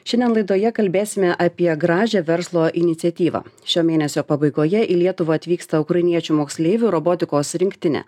šiandien laidoje kalbėsime apie gražią verslo iniciatyvą šio mėnesio pabaigoje į lietuvą atvyksta ukrainiečių moksleivių robotikos rinktinė